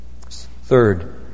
Third